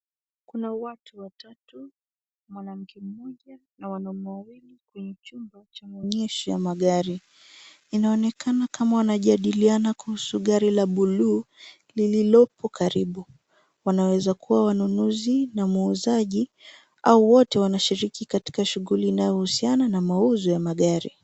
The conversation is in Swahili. Kuna watu watatu, mwanamke mmoja na wanaume wawili kwenye chumba cha maonyesho ya magari. Inaonekana kama wanajadiliana kuhusu gari la buluu liliopo karibu. Wanaweza kuwa wanunuzi na muuzaji au wote wanashiriki katika shughuli inayohusiana na mauzo ya magari.